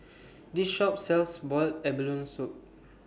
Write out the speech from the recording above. This Shop sells boiled abalone Soup